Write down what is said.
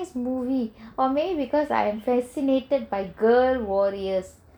maybe because I am fascinated by girl warriors